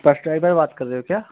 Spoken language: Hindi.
बस ड्राइवर बात कर रहे हो क्या